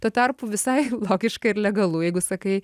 tuo tarpu visai logiška ir legalu jeigu sakai